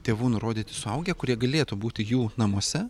tėvų nurodyti suaugę kurie galėtų būti jų namuose